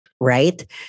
right